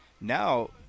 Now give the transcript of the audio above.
Now